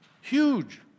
Huge